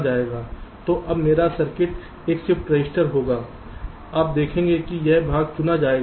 तो अब मेरा सर्किट एक शिफ्ट रजिस्टर होगा आप देखेंगे कि यह भाग चुना जाएगा